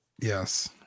Yes